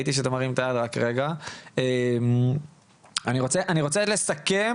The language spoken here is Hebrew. אני רוצה לסכם